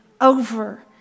over